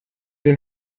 den